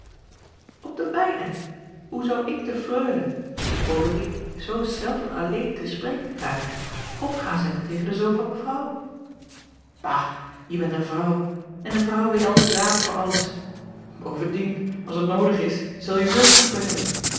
op de mijne hoe zou ik de freule die ik bovendien zoo zelden alleen te spreken krijg op gaan zetten tegen den zoon van mevrouw bah je bent een vrouw en een vrouw weet altijd raad voor alles bovendien als t noodig is zulje hulptroepen hebben